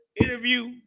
interview